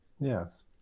yes